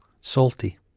Salty